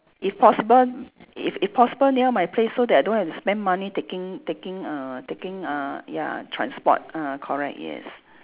if possible if if possible near my place so that I don't have to spend money taking taking err taking err ya transport ah correct yes